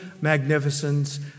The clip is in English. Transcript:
magnificence